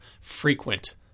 frequent